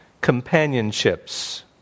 companionships